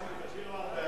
אני רוצה לומר לך,